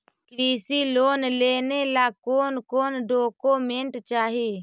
कृषि लोन लेने ला कोन कोन डोकोमेंट चाही?